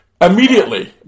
Immediately